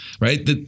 Right